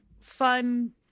fun